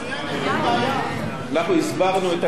אנחנו הסברנו את הירידה בהכנסות המדינה.